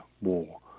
war